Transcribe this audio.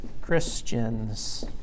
Christians